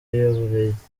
y’uburengerazuba